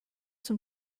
zum